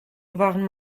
waren